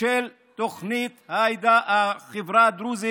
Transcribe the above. של תוכנית החברה הדרוזית